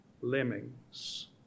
lemmings